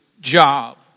job